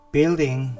Building